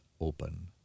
open